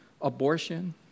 Abortion